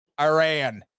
Iran